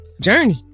Journey